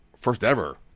first-ever